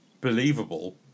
believable